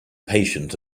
patient